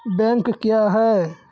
Bank क्या हैं?